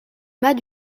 mas